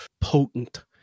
potent